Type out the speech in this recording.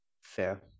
Fair